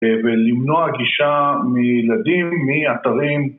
ולמנוע גישה מילדים מאתרים